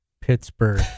Pittsburgh